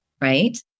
right